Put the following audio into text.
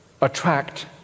attract